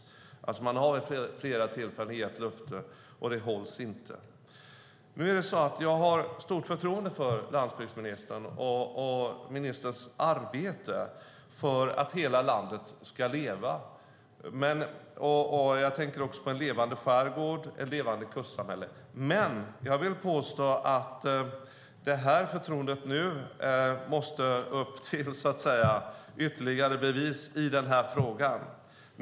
Man har alltså vid flera tillfällen gett löften, men de hålls inte. Nu är det så att jag har stort förtroende för landsbygdsministern och ministerns arbete för att hela landet ska leva. Jag tänker också på en levande skärgård och ett levande kustsamhälle. Men jag vill påstå att det här förtroendet nu måste få ytterligare bevis i den här frågan.